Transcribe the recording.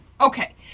okay